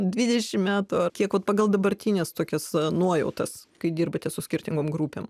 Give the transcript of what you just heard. dvidešimt metų ar kiek pagal dabartines tokias nuojautas kai dirbate su skirtingom grupėm